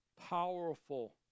powerful